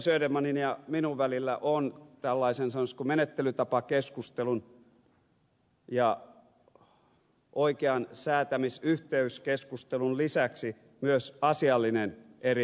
södermanin ja minun välillä on tällaisen sanoisiko menettelytapakeskustelun ja oikeasta säätämisyhteydestä keskustelun lisäksi myös asiallinen erimielisyys